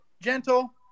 Gentle